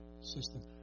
system